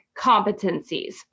competencies